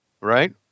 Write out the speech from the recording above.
Right